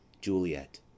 Juliet